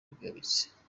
bigayitse